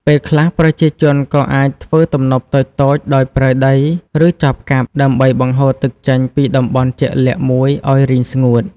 ពេលខ្លះ ប្រជាជនក៏អាចធ្វើទំនប់តូចៗដោយប្រើដី ឬចបកាប់ ដើម្បីបង្ហូរទឹកចេញពីតំបន់ជាក់លាក់មួយឲ្យរីងស្ងួត។